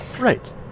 Right